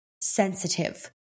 sensitive